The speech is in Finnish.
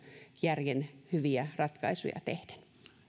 järjen hyviä ratkaisuja tehden